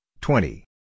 twenty